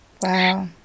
Wow